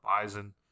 Bison